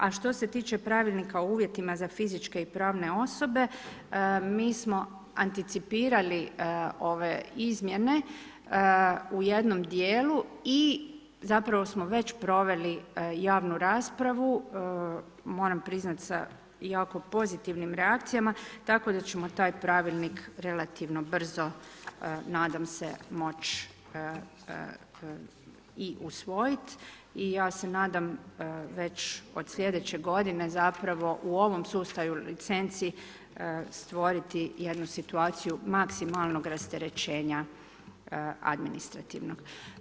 A što se tiče pravilnika o uvjetima o fizičkim i pravne osobe, mi smo anticipirali ove izmjene u jednom djelu i zapravo smo već proveli javnu raspravu, moram priznat sa jako pozitivnim reakcijama tako da ćemo taj pravilnik relativno brzo, nadam se moć i usvojit i ja se nadam već od sljedeće godine zapravo u ovom sustavu licenci stvoriti jednu situaciju maksimalnog rasterećenja administrativnog.